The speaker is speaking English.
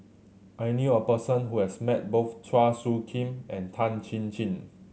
I knew a person who has met both Chua Soo Khim and Tan Chin Chin